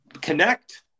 connect